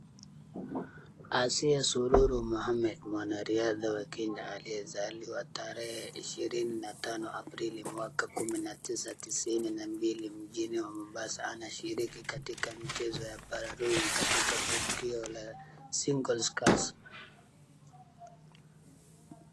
Asiya Sururu Mohamed, mwanariadha wa Kenya, aliyezaliwa tarehe ishirini na tano Aprili mwaka kumi na tisa tisini na mbili mjini wa Mombasa, anashiriki katika michezo ya Para rowing katika tukio la single sculls .